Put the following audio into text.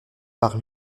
par